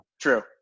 True